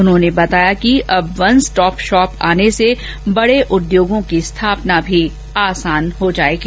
उन्होंने बताया कि अब वन स्टॉप शॉप आने से बड़े उद्योगों की स्थापना भी आसान हो जाएगी